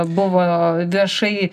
buvo viešai